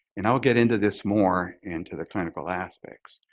and i'll get into this more into the clinical aspects.